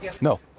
No